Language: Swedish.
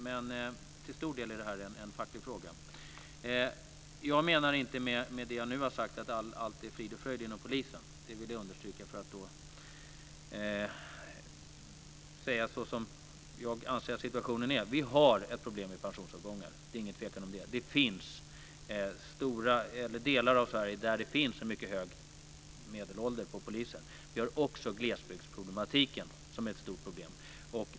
Men till stor del är det en facklig fråga. Med det jag nu har sagt menar jag inte att allt är frid och fröjd inom polisen. Det vill jag understryka. För att säga hur jag anser att situationen är så har vi problem med pensionsavgångar. Det är ingen tvekan om det. Det finns delar av Sverige där det finns en mycket hög medelålder inom polisen. Vi har också glesbygdsproblematiken. Det är ett stort problem.